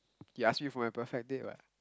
you asked me for my perfect date [what]